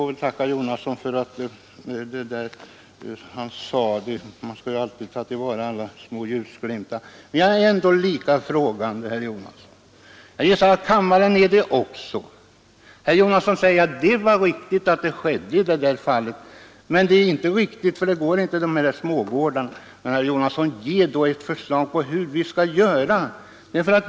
Jag vill tacka herr Jonasson för vad han sade, för man bör ju ta till vara alla små ljusglimtar. Men jag står ändå lika frågande, herr Jonasson, och jag gissar att också kammaren gör det. Herr Jonasson säger att det var riktigt att det skedde i det nämnda fallet, men det går inte i fråga om smågårdarna. Men ge då ett förslag på hur vi skall göra, herr Jonasson.